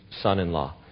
son-in-law